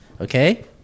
Okay